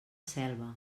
selva